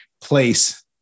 place